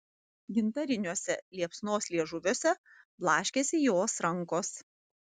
gintariniuose liepsnos liežuviuose blaškėsi jos rankos